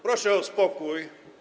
Proszę o spokój.